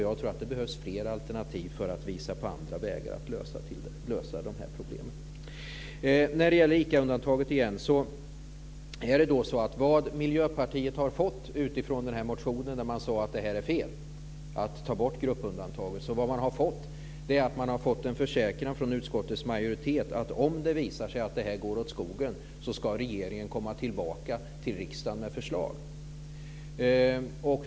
Det behövs fler alternativ som visar på andra vägar för att man ska kunna lösa dessa problem. När det gäller ICA-undantaget skrev Miljöpartiet i sin motion att det var fel att ta bort gruppundantaget. Men vad man har fått är en försäkran från utskottets majoritet att om det visar sig att detta går åt skogen ska regeringen komma tillbaka till riksdagen med förslag.